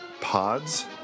pods